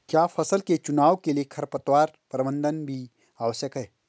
क्या फसल के चुनाव के लिए खरपतवार प्रबंधन भी आवश्यक है?